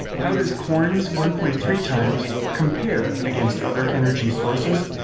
how does corn's one point three times compare against other energy sources?